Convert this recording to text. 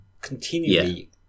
continually